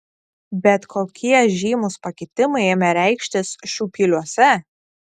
bet kokie žymūs pakitimai ėmė reikštis šiupyliuose